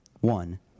One